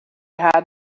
had